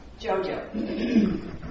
Jojo